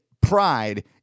pride